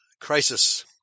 Crisis